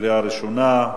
קריאה ראשונה.